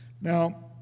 Now